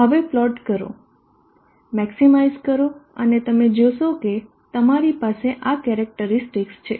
હવે પ્લોટ કરો મેક્ષીમાઇઝ કરો અને તમે જોશો કે તમારી પાસે આ કેરેક્ટરીસ્ટિકસ છે